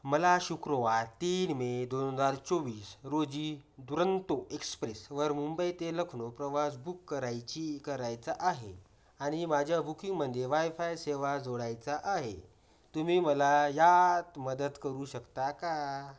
मला शुक्रवार तीन मे दोन हजार चोवीस रोजी दुरंतो एक्सप्रेसवर मुंबई ते लखनौ प्रवास बुक करायची करायचा आहे आणि माझ्या बुकिंगमध्ये वायफाय सेवा जोडायचा आहे तुम्ही मला यात मदत करू शकता का